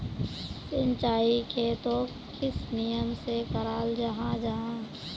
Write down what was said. सिंचाई खेतोक किस नियम से कराल जाहा जाहा?